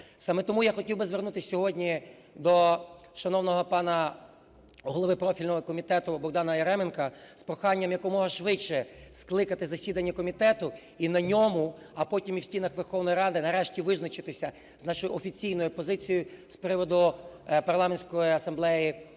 Саме тому я хотів би звернутись сьогодні до шановного пана голови профільного комітету Богдана Яременка з проханням якомога швидше скликати засідання комітету і на ньому, а потім і в стінах Верховної Ради, нарешті визначитися з нашою офіційною позицією з приводу Парламентської асамблеї